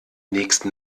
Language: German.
nächsten